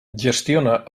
gestiona